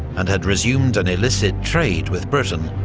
and had resumed an illicit trade with britain,